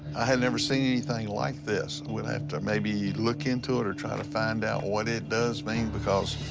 i had never seen anything like this. i'm gonna have to maybe look into it, or try to find out what it does mean, because